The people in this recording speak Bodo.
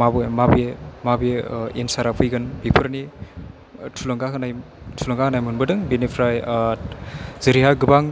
माबो माबोरै माबोरै एनसारा फैगोन बेफोरनि थुलुंगा होनाय थुलुंगा होनाय मोनबोदों बिनिफ्राय जेरैहाय गोबां